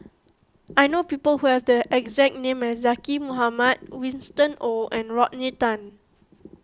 I know people who have the exact name as Zaqy Mohamad Winston Oh and Rodney Tan